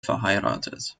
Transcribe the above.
verheiratet